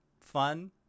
fun